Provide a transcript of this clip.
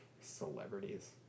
celebrities